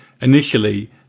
initially